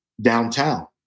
downtown